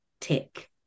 tick